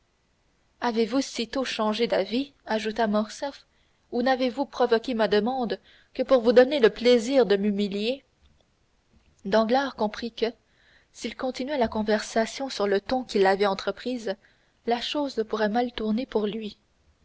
avez-vous si tôt changé d'avis ajouta morcerf ou n'avez-vous provoqué ma demande que pour vous donner le plaisir de m'humilier danglars comprit que s'il continuait la conversation sur le ton qu'il l'avait entreprise la chose pourrait mal tourner pour lui